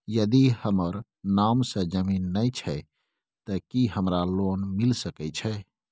यदि हमर नाम से ज़मीन नय छै ते की हमरा लोन मिल सके छै?